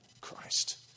Christ